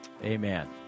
Amen